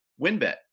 Winbet